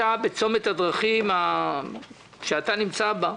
בצומת הדרכים שאתה נמצא בו